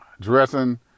dressing